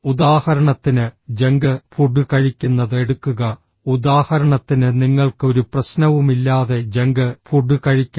ഉദാഹരണത്തിന് junk food കഴിക്കുന്നത് എടുക്കുക ഉദാഹരണത്തിന് നിങ്ങൾക്ക് ഒരു പ്രശ്നവുമില്ലാതെ ജങ്ക് ഫുഡ് കഴിക്കാം